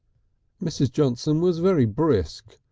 mrs. johnson was very brisk,